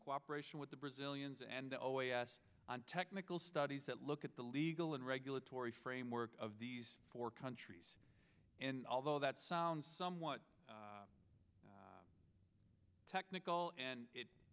cooperation with the brazilians and the oas on technical studies that look at the legal and regulatory framework of these four countries and although that sounds somewhat technical and